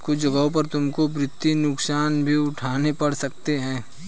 कुछ जगहों पर तुमको वित्तीय नुकसान भी उठाने पड़ सकते हैं